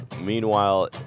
meanwhile